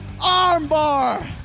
Armbar